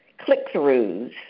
click-throughs